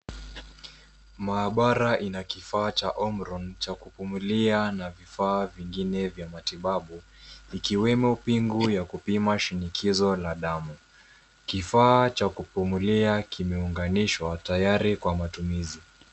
Maabara ina kifaa cha Omron cha kupumulia na vifaa vingine vya matibabu vikiwemo pingu ya kupima shinikizo la damu. Kifaa cha kupumulia kimeunganishwa tayari kwa matumizi.